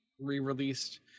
re-released